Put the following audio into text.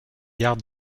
gare